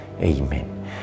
Amen